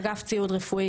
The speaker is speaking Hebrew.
אגף זה,